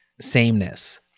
sameness